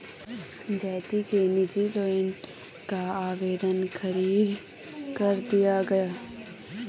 ज्योति के निजी लोन का आवेदन ख़ारिज कर दिया गया